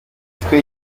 imitwe